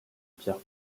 pierre